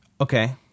Okay